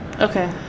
Okay